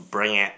bring it